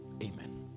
Amen